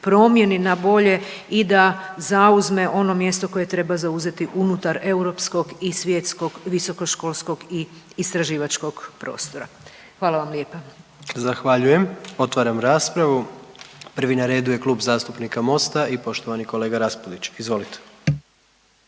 promjeni na bolje i da zauzme ono mjesto koje treba zauzeti unutar europskog i svjetskog visokoškolskog i istraživačkog prostora. Hvala vam lijepo. **Jandroković, Gordan (HDZ)** Zahvaljujem. Otvaram raspravu. Prvi na redu je Klub zastupnika Mosta i poštovani kolega Raspudić. Izvolite.